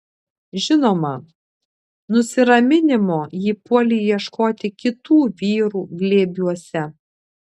žinoma nusiraminimo ji puolė ieškoti kitų vyrų glėbiuose